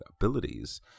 abilities